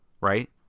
Right